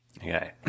Okay